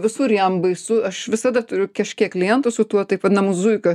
visur jam baisu aš visada turiu kažkiek klientų su tuo taip vadinamu zuikio